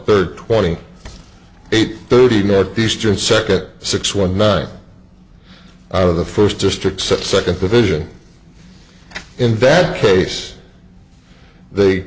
third twenty eight thirty northeastern second six one nine out of the first district sept second division in fact case they